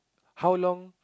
how long